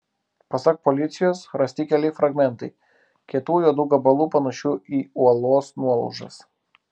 pasak policijos rasti keli fragmentai kietų juodų gabalų panašių į uolos nuolaužas